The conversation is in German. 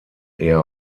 eher